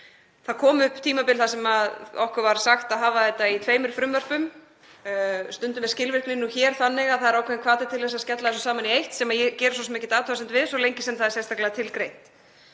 Það kom tímabil þar sem okkur var sagt að hafa þetta í tveimur frumvörpum. Stundum er nú skilvirknin hér þannig að það er ákveðinn hvati til að skella þessu saman í eitt, sem ég geri svo sem ekki athugasemdir við svo lengi sem það er sérstaklega tilgreint.